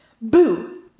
Boo